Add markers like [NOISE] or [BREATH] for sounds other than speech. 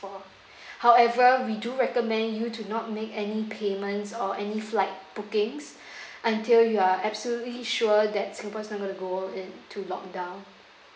for [BREATH] however we do recommend you to not make any payments or any flight bookings [BREATH] until you are absolutely sure that singapore's not going to go in to lock-down